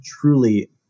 truly